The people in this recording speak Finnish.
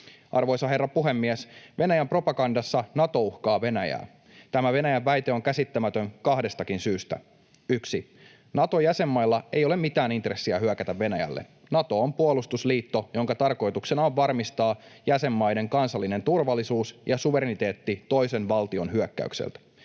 Arvoisa herra puhemies! Venäjän propagandassa Nato uhkaa Venäjää. Tämä Venäjän väite on käsittämätön kahdestakin syystä: 1) Nato-jäsenmailla ei ole mitään intressiä hyökätä Venäjälle. Nato on puolustusliitto, jonka tarkoituksena on varmistaa jäsenmaiden kansallinen turvallisuus ja suvereniteetti toisen valtion hyökkäykseltä.